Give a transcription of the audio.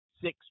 six